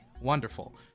wonderful